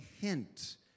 hint